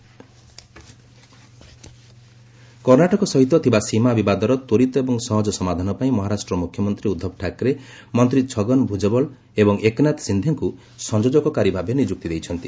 ମହା ବେଲ୍ଗାମ୍ କେସ୍ କର୍ଣ୍ଣାଟକ ସହିତ ଥିବା ସୀମା ବିବାଦର ତ୍ୱରିତ ଏବଂ ସହଜ ସମାଧାନ ପାଇଁ ମହାରାଷ୍ଟ୍ର ମୁଖ୍ୟମନ୍ତ୍ରୀ ଉଦ୍ଧବ ଠାକରେ ମନ୍ତ୍ରୀ ଛଗନ ଭୁଜବଳ ଏବଂ ଏକନାଥ ସିନ୍ଧେଙ୍କୁ ସଂଯୋଜକକାରୀ ଭାବେ ନିଯୁକ୍ତି ଦେଇଛନ୍ତି